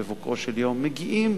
בבוקרו של יום מגיעים